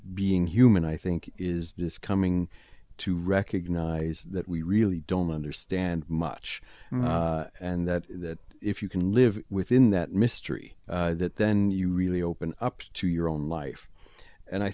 being human i think is this coming to recognize that we really don't understand much and that if you can live within that mystery that then you really open up to your own life and i